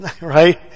right